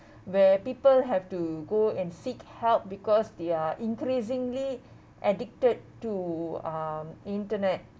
where people have to go and seek help because they are increasingly addicted to um internet